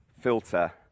filter